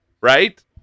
Right